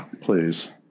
Please